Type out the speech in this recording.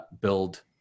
build